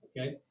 okay